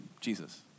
Jesus